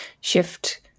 shift